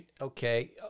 Okay